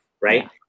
right